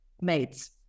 mates